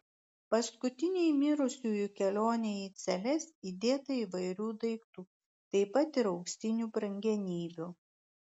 paskutinei mirusiųjų kelionei į celes įdėta įvairių daiktų taip pat ir auksinių brangenybių